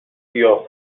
گیاه